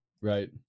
right